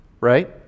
right